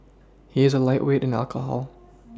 he is a lightweight in alcohol